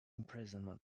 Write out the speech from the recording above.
imprisonment